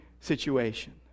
situation